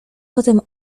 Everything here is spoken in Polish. potem